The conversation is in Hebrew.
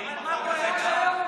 אבל מה קורה עכשיו?